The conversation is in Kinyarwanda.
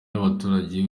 n’abaturage